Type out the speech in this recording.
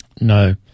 No